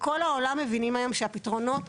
בכל העולם מבינים היום שהפתרונות,